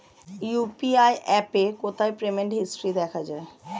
UPI অ্যাপে কোথায় payment history দেখা যায়?